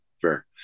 fair